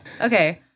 Okay